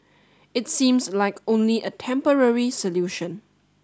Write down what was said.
it seems like only a temporary solution